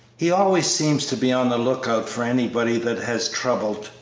he always seems to be on the lookout for anybody that has trouble,